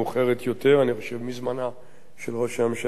אני חושב מזמנה של ראש הממשלה גולדה מאיר,